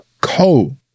cold